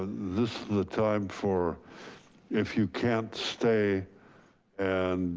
this the time for if you can't stay and